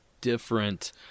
different